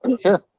Sure